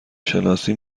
شناسی